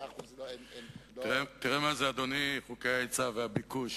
תראה מה זה חוקי ההיצע והביקוש: